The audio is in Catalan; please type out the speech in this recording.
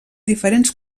diferents